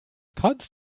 kannst